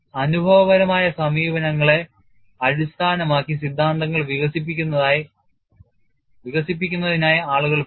അനുഭവപരമായ സമീപനങ്ങളെ അടിസ്ഥാനമാക്കി സിദ്ധാന്തങ്ങൾ വികസിപ്പിക്കുന്നതിനായി ആളുകൾ പോയി